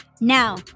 now